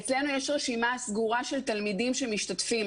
אצלנו יש רשימה סגורה של תלמידים שמשתתפים.